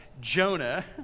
Jonah